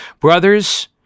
Brothers